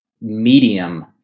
medium